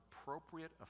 appropriate